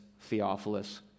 Theophilus